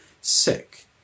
sick